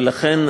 ולכן,